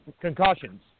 concussions